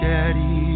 Daddy